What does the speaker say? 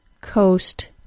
coast